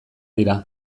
dira